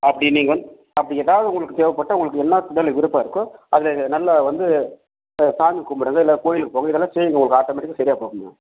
அப்படி நீங்கள் வந்து அப்படி ஏதாவது உங்களுக்கு தேவைப்பட்டா உங்களுக்கு என்ன விருப்பம் இருக்கோ அதில் நல்லா வந்து சாமி கும்பிடுங்க இல்லை கோவிலுக்கு போங்க இதெல்லாம் செய்யுங்க உங்களுக்கு ஆட்டோமெட்டிக்காக சரியாப்போகும்மா